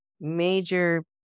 major